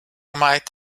might